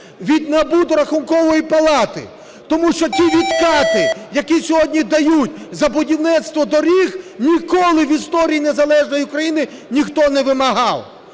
від НАБУ до Рахункової палати. Тому що ті відкати, які сьогодні дають за будівництво доріг, ніколи в історії незалежної України ніхто не вимагав.